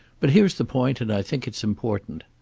but here's the point, and i think it's important.